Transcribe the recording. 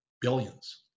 billions